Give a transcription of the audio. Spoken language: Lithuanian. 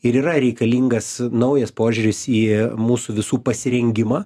ir yra reikalingas naujas požiūris į mūsų visų pasirengimą